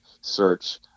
Search